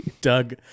Doug